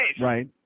Right